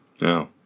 No